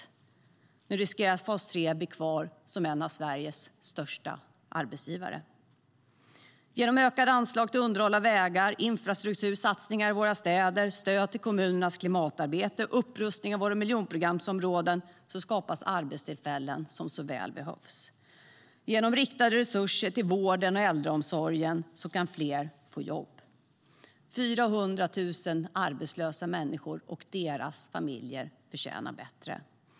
Nu finns risken att fas 3 blir kvar som en av Sveriges största arbetsgivare. Genom riktade resurser till vården och äldreomsorgen kan fler få jobb.400 000 arbetslösa människor och deras familjer förtjänar bättre.